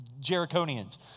Jericonians